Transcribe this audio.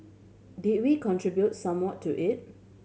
did we contribute somewhat to it